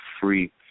free